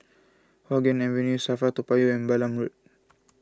Hua Guan Avenue Safra Toa Payoh and Balam Road